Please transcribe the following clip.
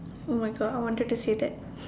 oh my God I wanted to say that